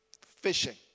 fishing